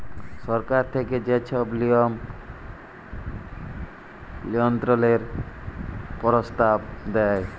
সরকার থ্যাইকে যে ছব লিয়ম লিয়ল্ত্রলের পরস্তাব দেয়